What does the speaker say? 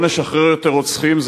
לא נשחרר יותר רוצחים.